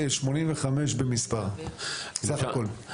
85 במספר סך הכול.